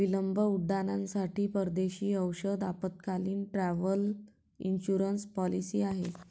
विलंब उड्डाणांसाठी परदेशी औषध आपत्कालीन, ट्रॅव्हल इन्शुरन्स पॉलिसी आहे